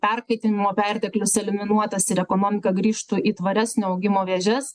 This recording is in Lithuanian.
perkaitinimo perteklius eliminuotas ir ekonomika grįžtų į tvaresnio augimo vėžes